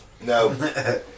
no